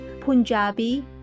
Punjabi